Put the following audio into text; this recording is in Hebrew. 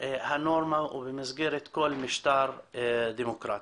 הנורמה או במסגרת כל משטרה דמוקרטי.